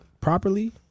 properly